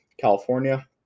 California